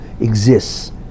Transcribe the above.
exists